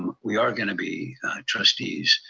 we are gonna be trustees,